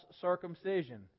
circumcision